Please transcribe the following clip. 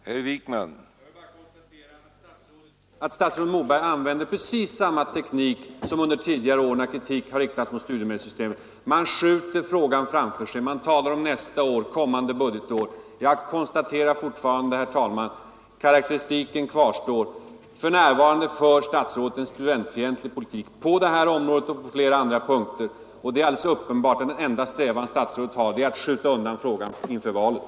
Herr talman! Jag vill bara konstatera att statsrådet Moberg använder precis samma teknik som tidigare när kritik riktats mot studiemedelssystemet. Han skjuter frågan framför sig. Han talar om kommande budgetår. Jag konstaterar fortfarande, herr talman, att karaktäristiken kvarstår. För närvarande för statsrådet en studentfientlig politik såväl på detta område som på flera andra punkter. Och det är uppenbart att statsrådets enda strävan är att skjuta undan studiemedelsfrågan inför valet.